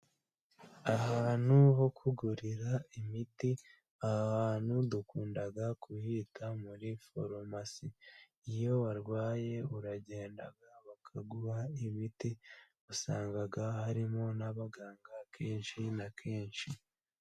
Ahantu ho ku kugurira imiti aha hantu dukunda kuhita muri farumasi iyo warwaye uragenda bakaguha imiti usanga harimo n'abaganga kenshi na kenshi.